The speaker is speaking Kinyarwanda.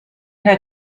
nta